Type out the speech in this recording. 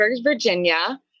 Virginia